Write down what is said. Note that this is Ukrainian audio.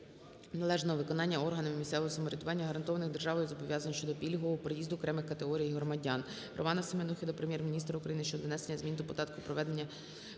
належного виконання органами місцевого самоврядування гарантованих державою зобов'язань щодо пільгового проїзду окремих категорій громадян.